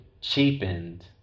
cheapened